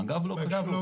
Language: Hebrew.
מג"ב לא קשור.